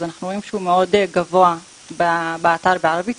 אנחנו רואים שהוא מאוד גבוה באתר בערבית,